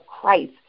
Christ